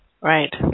Right